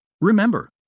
Remember